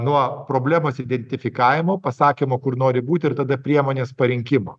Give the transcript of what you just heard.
nuo problemos identifikavimo pasakymo kur nori būti ir tada priemonės parinkimo